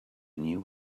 new